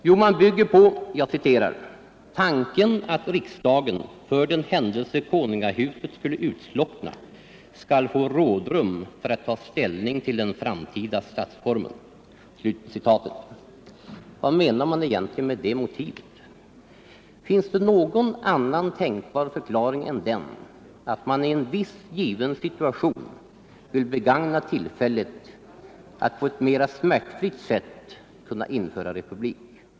Jo, man bygger på ”tanken att riksdagen, för den händelse konungahuset skulle utslockna, skall få rådrum för att ta ställning till den framtida statsformen”. Vad menar man egentligen med det motivet? Finns det någon annan tänkbar förklaring än den att man i en viss given situation vill begagna tillfället att på ett mer smärtfritt sätt införa republik?